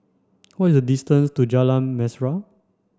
what is the distance to Jalan Mesra